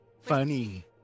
funny